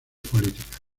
políticas